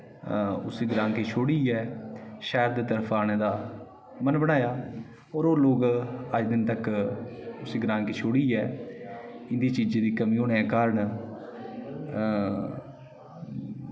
उसी ग्रांऽ गी छोड़ियै शैह्र दी तरफ आने दा मन बनाया होर ओह् लोग अज्ज दिन तक्क उसी ग्रांऽ गी छोड़ियै इं'दे चीजें दी कमी होने दे कारण